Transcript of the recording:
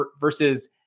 versus